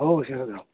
हो शरदराव